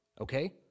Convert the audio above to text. Okay